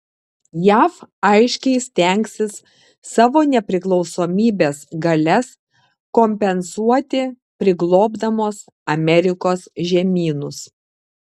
jav aiškiai stengsis savo nepriklausomybės galias kompensuoti priglobdamos amerikos žemynus